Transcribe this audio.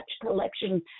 collection